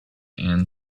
and